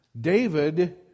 David